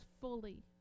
fully